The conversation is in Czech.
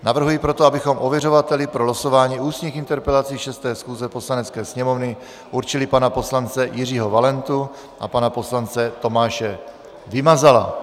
Navrhuji proto, abychom ověřovateli pro losování ústních interpelací 6. schůze Poslanecké sněmovny určili pana poslance Jiřího Valentu a pana poslance Tomáše Vymazala.